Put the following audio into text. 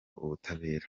ubutabera